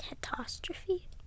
Catastrophe